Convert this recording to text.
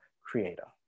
creator